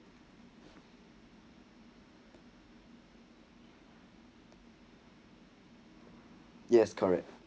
yes correct